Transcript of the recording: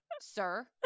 sir